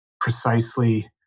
precisely